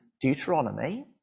Deuteronomy